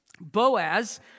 Boaz